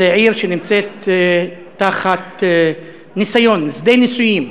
זאת עיר שנמצאת תחת ניסיון, שדה ניסויים,